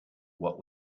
what